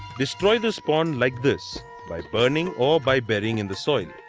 destroy the spawn like this by burning or by burying in the soil.